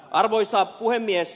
arvoisa puhemies